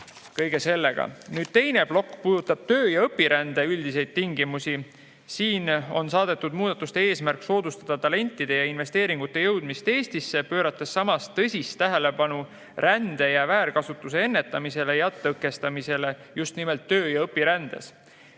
toime tulla. Teine plokk puudutab töö- ja õpirände üldisi tingimusi. Siinsete muudatuste eesmärk on soodustada talentide ja investeeringute jõudmist Eestisse, pöörates samas tõsist tähelepanu väärkasutuse ennetamisele ja tõkestamisele just nimelt töö- ja õpirändes.